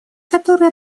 который